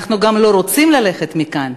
אנחנו גם לא רוצים ללכת מכאן.